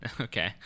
okay